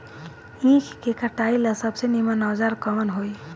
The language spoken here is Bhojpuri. ईख के कटाई ला सबसे नीमन औजार कवन होई?